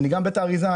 אני גם בית האריזה,